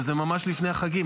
וזה ממש לפני החגים.